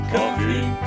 Coffee